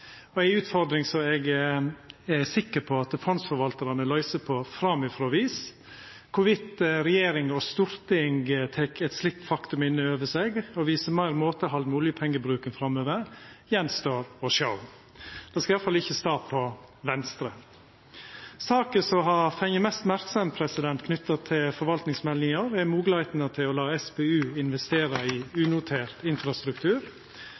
og storting tek eit slikt faktum inn over seg og viser meir måtehald med oljepengebruken framover, står att å sjå. – Det skal i alle fall ikkje stå på Venstre. Saka som har fått mest merksemd knytt til forvaltningsmeldinga er moglegheitene til å late SPU investera i unotert infrastruktur.